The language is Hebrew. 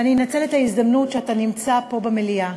ואני אנצל את ההזדמנות שאתה נמצא פה במליאה